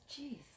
Jeez